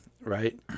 right